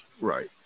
right